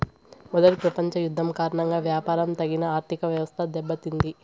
మొదటి ప్రపంచ యుద్ధం కారణంగా వ్యాపారం తగిన ఆర్థికవ్యవస్థ దెబ్బతింది